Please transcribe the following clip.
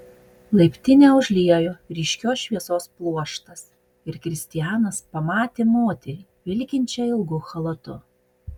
laiptinę užliejo ryškios šviesos pluoštas ir kristianas pamatė moterį vilkinčią ilgu chalatu